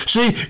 See